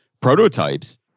prototypes